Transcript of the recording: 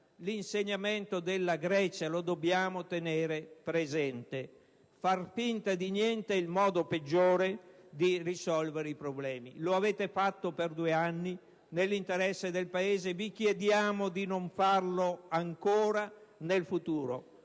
l'insegnamento della Grecia. Far finta di niente è il modo peggiore di risolvere i problemi. Lo avete fatto per due anni. Nell'interesse del Paese vi chiediamo di non farlo ancora nel futuro.